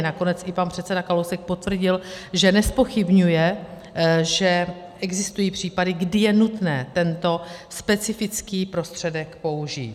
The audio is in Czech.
Nakonec i pan předseda Kalousek potvrdil, že nezpochybňuje, že existují případy, kdy je nutné tento specifický prostředek použít.